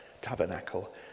tabernacle